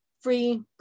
Free